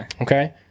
Okay